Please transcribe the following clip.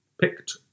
picked